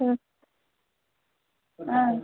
ம் ஆ